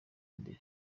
imbere